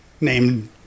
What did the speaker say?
named